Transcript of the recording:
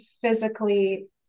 physically